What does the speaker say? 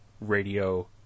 radio